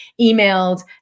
emailed